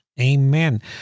Amen